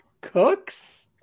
Cooks